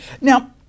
now